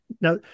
Now